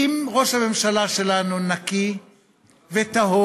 אם ראש הממשלה שלנו נקי וטהור,